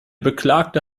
beklagte